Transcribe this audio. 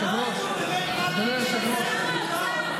משרדים מיותרים,